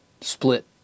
Split